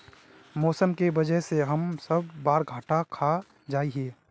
मौसम के वजह से हम सब बार बार घटा खा जाए हीये?